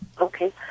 Okay